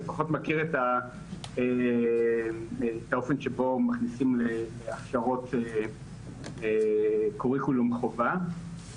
אני פחות מכיר את האופן שבו מכניסים הכשרות לקוריקולום חובה,